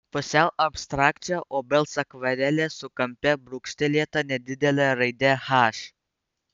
pusiau abstrakčią obels akvarelę su kampe brūkštelėta nedidele raide h